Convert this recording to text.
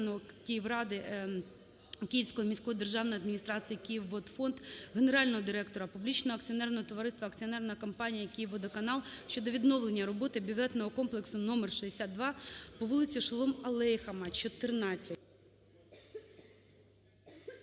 "Київводфонд", генерального директора публічного акціонерного товариства "Акціонерна компанія "Київводоканал" щодо відновлення роботи бюветного комплексу № 62 на вулиці Шолом-Алейхема, 14.